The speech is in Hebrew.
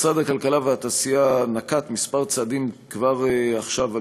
משרד הכלכלה והתעשייה נקט כמה צעדים כבר עכשיו על